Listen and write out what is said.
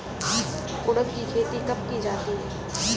उड़द की खेती कब की जाती है?